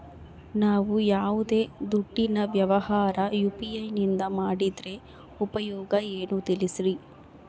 ನಾವು ಯಾವ್ದೇ ದುಡ್ಡಿನ ವ್ಯವಹಾರ ಯು.ಪಿ.ಐ ನಿಂದ ಮಾಡಿದ್ರೆ ಉಪಯೋಗ ಏನು ತಿಳಿಸ್ರಿ?